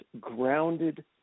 grounded